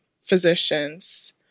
physicians